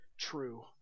true